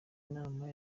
inama